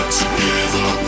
together